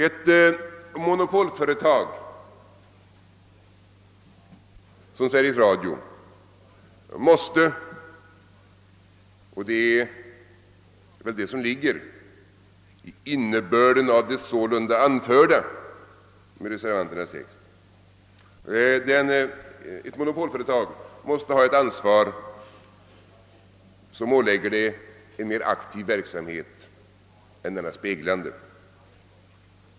Ett monopolföretag som Sveriges Radio måste — och det är väl detta som är innebörden i reservationen — ha ett ansvar som ålägger det en mera aktiv verksamhet än den speglande.